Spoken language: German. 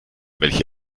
welche